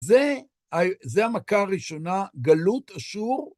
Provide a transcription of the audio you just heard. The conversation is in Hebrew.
זה המכה ראשונה, גלות אשור.